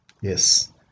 yes